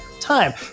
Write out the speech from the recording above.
time